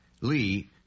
Lee